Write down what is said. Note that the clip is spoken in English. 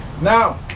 Now